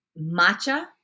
Matcha